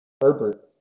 Herbert